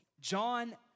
John